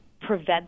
prevent